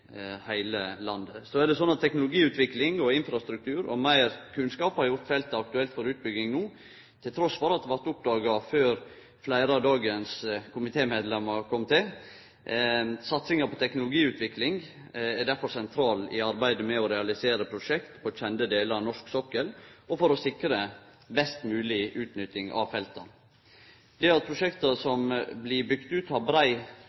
heile landet. Teknologiutvikling, infrastruktur og meir kunnskap har gjort feltet aktuelt for utbygging no – trass i at det blei oppdaga før fleire av dagens komitémedlemer kom til. Satsinga på teknologiutvikling er difor sentral i arbeidet med å realisere prosjekt på kjende delar av norsk sokkel, og for å sikre best mogleg utnytting av felta. At prosjekta som blir bygde ut, har brei